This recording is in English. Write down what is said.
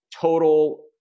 total